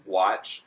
watch